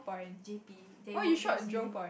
J B there were there is uni